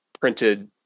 printed